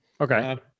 Okay